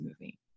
movie